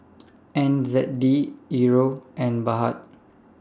N Z D Euro and Baht